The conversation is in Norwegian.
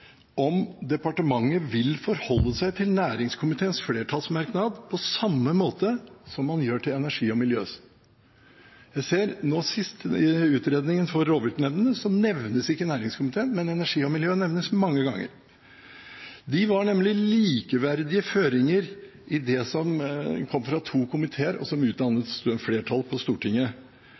om departementet vil forholde seg til næringskomiteens flertallsmerknad på samme måte som man gjør til energi- og miljøkomiteens. I utredningen for rovviltnemndene nevnes ikke næringskomiteen, men energi- og miljøkomiteen nevnes mange ganger. De var nemlig likeverdige føringer i det som kom fra to komiteer, og som dannet flertall på Stortinget.